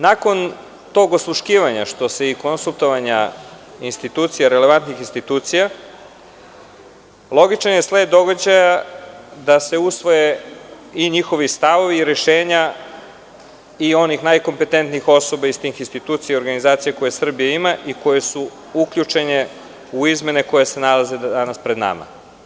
Nakon tog osluškivanja, kao i konsultovanja relevantnih institucija, logičan je sled događaja da se usvoje stavovi i rešenja onih najkompetentnijih osoba iz tih institucija, organizacija koje Srbija ima i koje su uključene u izmene koje se nalaze danas pred nama.